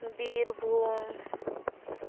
Birbhum